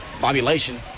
population